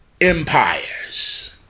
empires